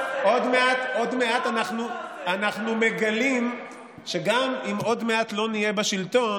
עוד מעט אנחנו מגלים שגם אם עוד מעט לא נהיה בשלטון,